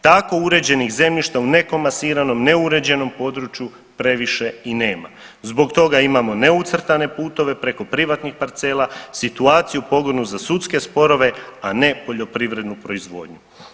Tako uređenih zemljišta u ne komasiranom, neuređenom području previše i nema, zbog toga imamo neucrtane putove preko privatnih parcela, situaciju pogodnu za sudske sporove, a ne poljoprivrednu proizvodnju.